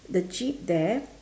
the jeep there